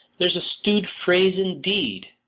there's a stew'd phrase indeed!